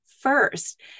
first